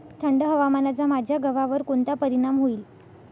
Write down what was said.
थंड हवामानाचा माझ्या गव्हावर कोणता परिणाम होईल?